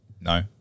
No